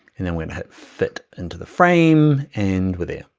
and then we're gonna hit fit into the frame, and we're there.